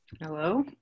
Hello